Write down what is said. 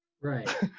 Right